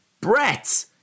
Brett